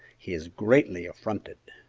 he is greatly affronted.